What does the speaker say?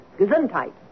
Gesundheit